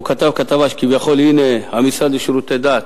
הוא כתב כתבה שכביכול הנה המשרד לשירותי דת